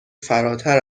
فراتر